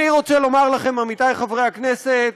אני רוצה לומר לכם, עמיתיי חברי הכנסת,